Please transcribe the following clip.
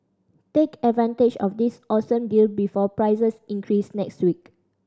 take advantage of this awesome deal before prices increase next week